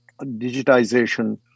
digitization